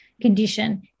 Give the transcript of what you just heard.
condition